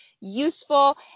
useful